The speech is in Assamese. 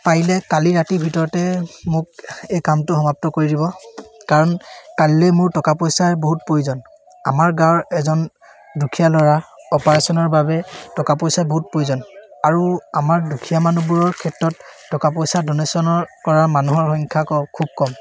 পাৰিলে কালি ৰাতিৰ ভিতৰতে মোক এই কামটো সমাপ্ত কৰি দিব কাৰণ কাইলৈ মোৰ টকা পইচাৰ বহুত প্ৰয়োজন আমাৰ গাঁৱৰ এজন দুখীয়া ল'ৰা অপাৰেশ্যনৰ বাবে টকা পইচা বহুত প্ৰয়োজন আৰু আমাৰ দুখীয়া মানুহবোৰৰ ক্ষেত্ৰত টকা পইচা ডনেশ্যনৰ কৰাৰ মানুহৰ সংখ্যা খুব কম